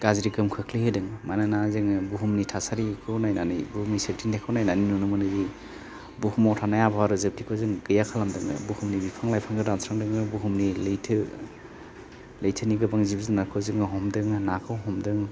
गाज्रि गोहोम खोख्लैहोदों मानोना जोङो बुहुमनि थासारिखौ नायनानै बुहुमनि सोरगिदिंखौ नायनानै नुनो मोनोदि बुहुमाव थानाय आबहावा रोजोबथिखौ जोङो गैया खालामदों बुहुमनि बिफां लाइफांखौ दानस्रांदों बुहुमनि लैथो लैथोनि गोबां जिब जुनारखौ जोङो हमदों नाखौ हमदों